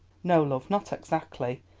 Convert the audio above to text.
no, love, not exactly.